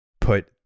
put